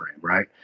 right